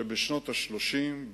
שבשנות ה-30,